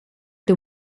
the